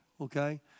okay